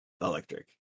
Electric